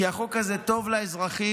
כי החוק הזה טוב לאזרחים,